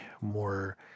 more